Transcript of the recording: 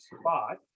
spot